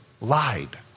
lied